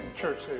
Church